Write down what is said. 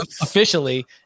officially